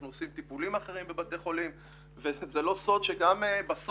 אנחנו עושים טיפולים אחרים בבתי חולים וזה לא סוד שגם בסוף